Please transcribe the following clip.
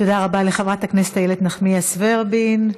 תודה רבה לחברת הכנסת איילת נחמיאס ורבין.